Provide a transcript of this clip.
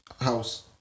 house